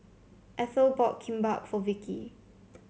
Ethel bought Kimbap for Vikki